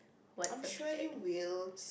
I'm sure you will